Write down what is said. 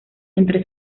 entre